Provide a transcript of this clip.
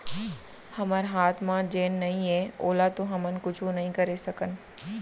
हमर हाथ म जेन नइये ओला तो हमन कुछु नइ करे सकन